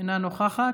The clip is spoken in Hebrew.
אינה נוכחת,